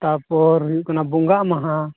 ᱛᱟᱯᱚᱨ ᱦᱩᱭᱩᱜ ᱠᱟᱱᱟ ᱵᱚᱸᱜᱟᱜ ᱢᱟᱦᱟ